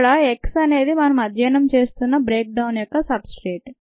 ఇక్కడ X అనేది మనం అధ్యయనం చేస్తున్న బ్రేక్డౌన్ యొక్క సబ్స్ట్రేట్